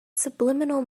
subliminal